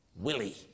Willie